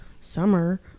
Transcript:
summer